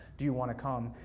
do you wanna come?